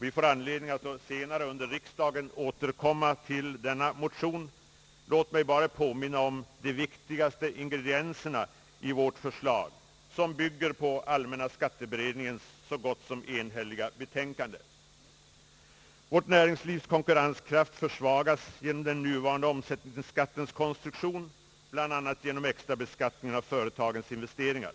Vi får anledning att senare under riksdagen återkomma till denna motion. Låt mig bara påminna om de viktigaste ingredienserna i vårt förslag som bygger på allmänna skatteberedningens så gott som enhälliga betänkande. Vårt näringslivs konkurrenskraft försvagas genom den nuvarande omsättningsskattens konstruktion, bl.a. genom extrabeskattningen av företagens investeringar.